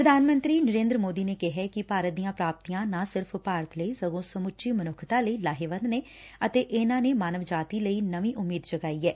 ਪ੍ਰਧਾਨ ਮੰਤਰੀ ਨਰੇਂਦਰ ਮੋਦੀ ਨੇ ਕਿਹੈ ਕਿ ਭਾਰਤ ਦੀਆਂ ਪ੍ਰਾਪਤੀਆਂ ਨਾ ਸਿਰਫ਼ ਭਾਰਤ ਲਈ ਸਗੋਂ ਸਮੁੱਚੀ ਮਨੁੱਖਤਾ ਲਈ ਲਾਹੇਵੰਦ ਨੇ ਅਤੇ ਇਨੂਾਂ ਨੇ ਮਾਨਵ ਜਾਤੀ ਲਈ ਨਵੀਂ ਉਮੀਦ ਜਗਾਈ ਐ